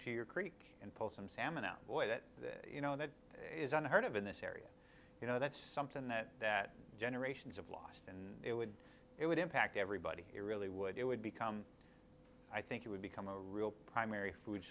to your creek and pull some salmon out boys that you know that is unheard of in this area you know that's something that that generations of lost and it would it would impact everybody it really would it would become i think it would become a real primary food